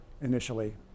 initially